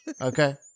Okay